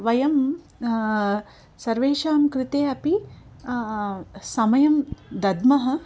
वयं सर्वेषां कृते अपि समयं दद्मः